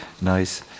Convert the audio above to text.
nice